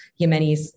Yemenis